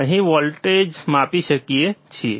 આપણે અહીં વોલ્ટેજ માપી શકીએ છીએ